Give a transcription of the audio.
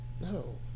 No